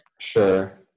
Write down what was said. Sure